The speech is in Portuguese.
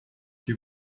que